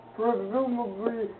presumably